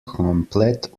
komplett